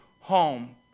home